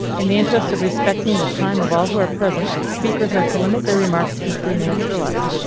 in the interest of respecting the time of all who are present, speakers are to limit their remarks to three minutes or less.